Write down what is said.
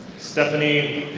stephanie